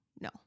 no